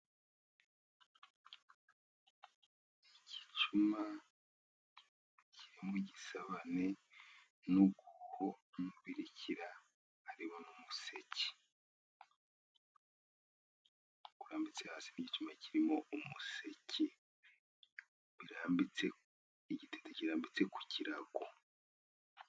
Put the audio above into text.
Igicuma kiri mu gisobane, n'uruho n'umubirikira ari wo museke. Urambitse hasi mu gicuma kirimo umuseke. Igiti kirambitse ku kirago.